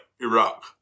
Iraq